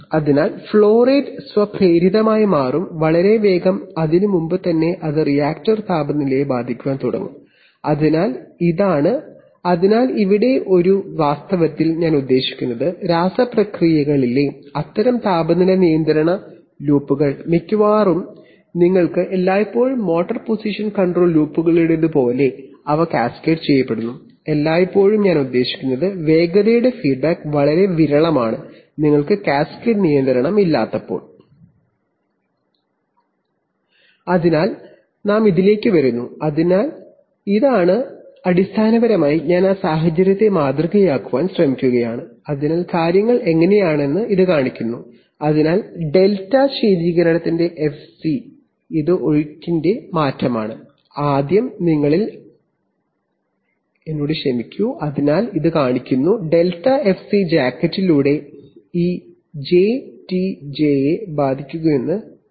അതിനാൽ flow rate സ്വപ്രേരിതമായി മാറും വളരെ വേഗം അതിനുമുമ്പുതന്നെ അത് റിയാക്റ്റർ താപനിലയെ ബാധിക്കാൻ തുടങ്ങും അതിനാൽ രാസ പ്രക്രിയകളിലെ അത്തരം താപനില നിയന്ത്രണ ലൂപ്പുകൾ മിക്കവാറും നിങ്ങൾക്ക് എല്ലായ്പ്പോഴും മോട്ടോർ പൊസിഷൻ കൺട്രോൾ ലൂപ്പുകളിലേതുപോലെ അവ കാസ്കേഡ് ചെയ്യപ്പെടുന്നുനിങ്ങൾക്ക് കാസ്കേഡ് നിയന്ത്രണം ഇല്ലാത്തപ്പോൾ വേഗതയുടെ ഫീഡ്ബാക്ക് വളരെ വിരളമാണ് ഞാൻ ആ സാഹചര്യത്തെ മാതൃകയാക്കാൻ ശ്രമിക്കുകയാണ് അതിനാൽ കാര്യങ്ങൾ എങ്ങനെയെന്ന് ഇത് കാണിക്കുന്നു അതിനാൽ Δ ΔFC ശീതീകരണത്തിന്റെ ഒഴുക്കിന്റെ മാറ്റമാണ് ΔFC ജാക്കറ്റിലൂടെ ഈ JTJ യെ ബാധിക്കുന്നുവെന്ന് ഇത്